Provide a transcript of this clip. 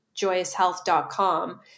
joyoushealth.com